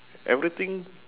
everything